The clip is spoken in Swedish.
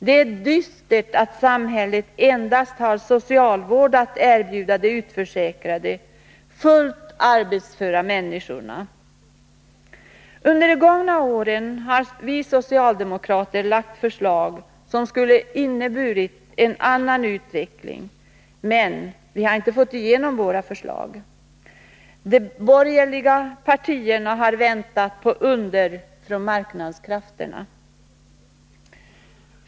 Det är dystert att samhället endast har socialvård att erbjuda de utförsäkrade fullt arbetsföra människorna. Under de gångna åren har vi socialdemokrater lagt fram förslag som skulle ha inneburit en annan utveckling — men vi har inte fått igenom våra förslag. De borgerliga partierna har väntat på ”under” från marknadskrafterna.